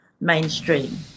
mainstream